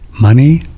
Money